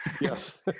Yes